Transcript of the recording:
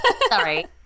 Sorry